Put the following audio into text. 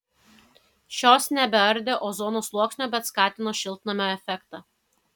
šios nebeardė ozono sluoksnio bet skatino šiltnamio efektą